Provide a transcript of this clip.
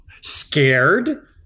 Scared